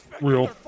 Real